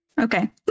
Okay